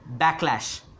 backlash